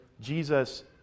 Jesus